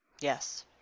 Yes